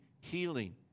healing